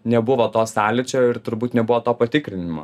nebuvo to sąlyčio ir turbūt nebuvo to patikrinimo